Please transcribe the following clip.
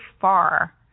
far